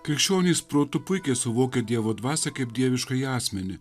krikščionys protu puikiai suvokia dievo dvasią kaip dieviškąjį asmenį